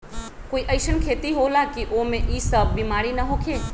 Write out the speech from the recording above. कोई अईसन खेती होला की वो में ई सब बीमारी न होखे?